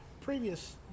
previous